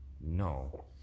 no